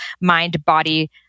mind-body